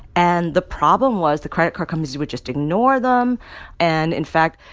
and the problem was the credit card companies would just ignore them and, in fact,